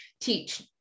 teach